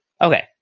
Okay